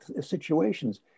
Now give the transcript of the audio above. situations